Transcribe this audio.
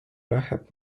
läheb